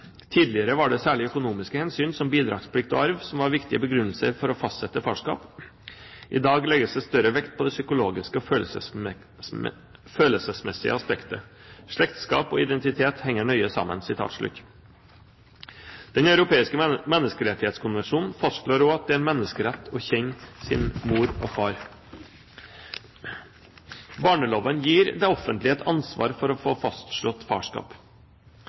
Tidligere var det særlig økonomiske hensyn, som bidragsplikt og arv, som var viktig begrunnelser for å fastsette farskap. I dag legges det større vekt på det psykologiske og følelsesmessige aspektet. Slektskap og identitet henger nøye sammen.» Den europeiske menneskerettighetskonvensjonen fastslår også at det er en menneskerett å kjenne sin mor og far. Barneloven gir det offentlige et ansvar for å få fastslått farskap.